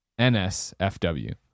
NSFW